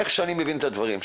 איך שאני מבין את הדברים,